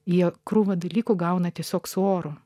jie krūvą dalykų gauna tiesiog su oru